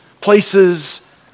places